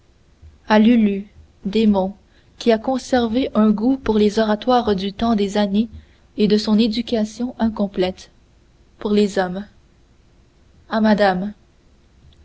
a lulu démon qui a conservé un goût pour les oratoires du temps des amies et de son éducation incomplète pour les hommes a madame